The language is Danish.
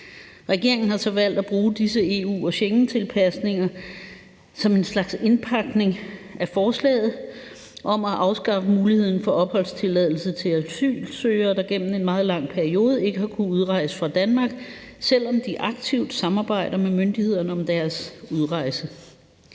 Regeringen har så valgt at bruge disse EU- og Schengentilpasninger som en slags indpakning af forslaget om at afskaffe muligheden for opholdstilladelse til asylsøgere, der gennem en meget lang periode ikke har kunnet udrejse fra Danmark, selv om de aktivt samarbejder med myndighederne om deres udrejse.